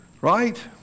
right